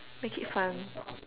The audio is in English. make it fun